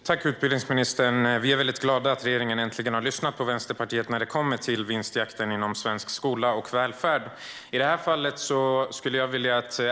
Tack, utbildningsministern! Vi är väldigt glada över att regeringen äntligen har lyssnat på Vänsterpartiet när det kommer till vinstjakten inom svensk skola och välfärd.